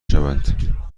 شوند